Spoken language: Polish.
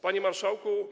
Panie Marszałku!